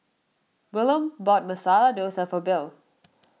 Wilhelm bought Masala Dosa for Bill